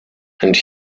and